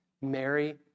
Mary